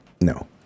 No